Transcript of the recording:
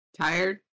Tired